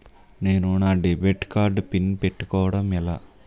నేను నా debit card pin పెట్టుకోవడం ఎలా?